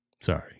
sorry